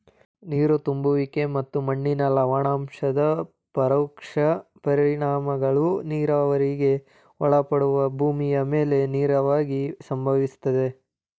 ನೀರು ತುಂಬುವಿಕೆ ಮತ್ತು ಮಣ್ಣಿನ ಲವಣಾಂಶದ ಪರೋಕ್ಷ ಪರಿಣಾಮಗಳು ನೀರಾವರಿಗೆ ಒಳಪಡುವ ಭೂಮಿಯ ಮೇಲೆ ನೇರವಾಗಿ ಸಂಭವಿಸ್ತವೆ